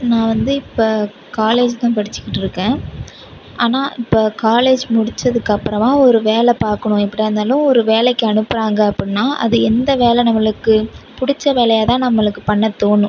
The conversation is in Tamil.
நான் வந்து இப்போ காலேஜ் தான் படிச்சிக்கிட்யிருக்கேன் ஆனால் இப்போ காலேஜ் முடிச்சதுக்கப்புறமா ஒரு வேலை பார்க்கணும் எப்படியாருந்தாலும் ஒரு வேலைக்கு அனுப்புறாங்க அப்படின்னா அது எந்த வேலை நம்மளுக்கு பிடிச்ச வேலையாக தான் நம்மளுக்கு பண்ண தோணும்